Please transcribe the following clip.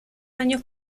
años